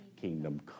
kingdom